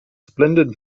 splendid